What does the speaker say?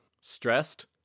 Stressed